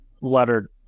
letter